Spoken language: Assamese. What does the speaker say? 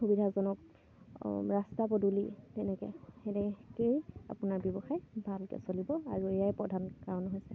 সুবিধাজনক ৰাস্তা পদূলি তেনেকৈ সেনেকৈয়ে আপোনাৰ ব্যৱসায় ভালকৈ চলিব আৰু এয়াই প্ৰধান কাৰণ হৈছে